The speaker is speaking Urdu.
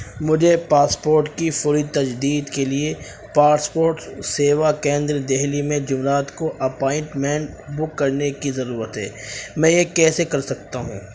مجھے پاسپورٹ کی فوری تجدید کے لیے پاسپورٹ سیوا کیندر دہلی میں جمعرات کو اپائنٹمنٹ بک کرنے کی ضرورت ہے میں یہ کیسے کر سکتا ہوں